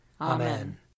Amen